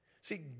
See